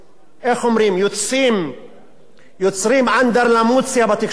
יוצרים אנדרלמוסיה בתקשורת,